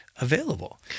available